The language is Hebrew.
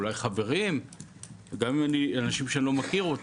אולי חברים וגם אם אלה אנשים שאני לא מכיר אותם.